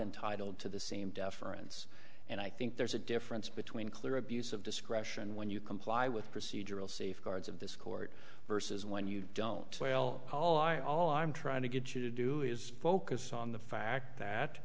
entitled to the same deference and i think there's a difference between clear abuse of discretion when you comply with procedural safeguards of this court versus when you don't well all i all i'm trying to get you to do is focus on the fact that